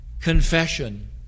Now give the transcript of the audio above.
confession